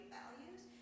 values